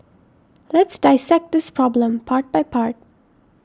let's dissect this problem part by part